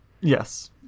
yes